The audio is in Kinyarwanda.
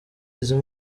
izi